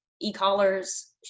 e-collars